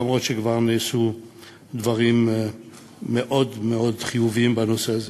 למרות שכבר נעשו דברים מאוד מאוד חיוביים בנושא הזה.